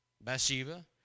Bathsheba